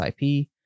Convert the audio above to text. IP